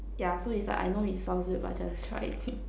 yeah so is like I know it sounds weird but just try it